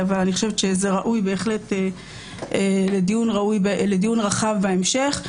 אבל זה ראוי לדיון רחב בהמשך.